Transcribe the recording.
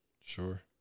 Sure